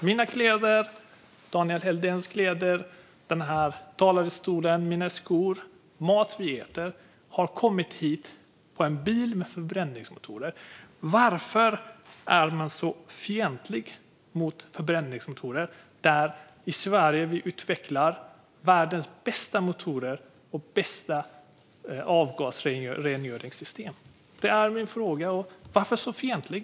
Mina kläder, Daniel Helldéns kläder, den här talarstolen, mina skor och maten vi äter har kommit hit med en bil med förbränningsmotorer. Varför är man så fientlig mot förbränningsmotorer? Vi utvecklar i Sverige världens bästa motorer med de bästa avgasreningssystemen. Det är min fråga. Varför är man så fientlig?